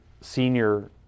senior